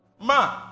Ma